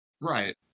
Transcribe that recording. right